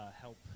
help